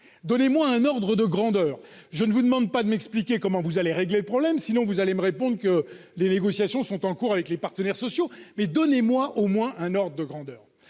Donnez-moi un ordre de grandeur ! Je vous demande non pas de m'expliquer comment vous allez régler le problème- vous allez me répondre que les négociations sont en cours avec les partenaires sociaux -, mais simplement de me donner un ordre de grandeur